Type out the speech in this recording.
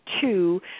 two